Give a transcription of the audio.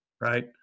right